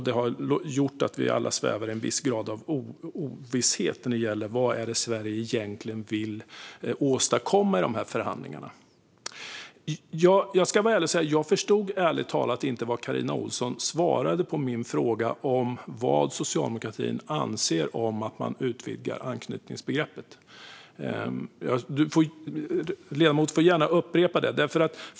Det har gjort att vi alla svävar i en viss grad av ovisshet om vad Sverige egentligen vill åstadkomma i förhandlingarna. Jag ska vara ärlig och säga att jag inte riktigt förstod vad Carina Ohlsson svarade på min fråga om vad socialdemokratin anser om att man utvidgar anknytningsbegreppet. Ledamoten får gärna upprepa det.